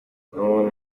umuntu